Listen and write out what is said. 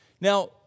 Now